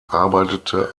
arbeitete